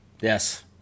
yes